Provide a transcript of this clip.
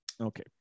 Okay